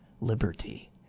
liberty